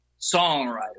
songwriter